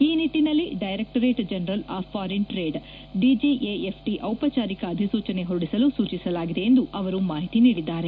ಈ ನಿಟ್ಟನಲ್ಲಿ directorate general of foreign trade ಡಿಜಿಎಫ್ಟಿಗೆ ಡಿಪಚಾರಿಕ ಅಧಿಸೂಚನೆ ಹೊರಡಿಸಲು ಸೂಜಿಸಲಾಗಿದೆ ಎಂದು ಅವರು ಮಾಹಿತಿ ನೀಡಿದ್ದಾರೆ